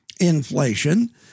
inflation